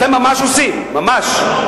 אתם ממש עושים, ממש.